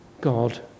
God